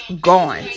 gone